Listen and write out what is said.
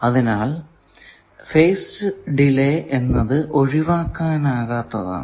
അത്കൊണ്ടുതന്നെ phase delay എന്നത് ഒഴിവാക്കാനാകാത്തതാണ്